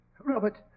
Robert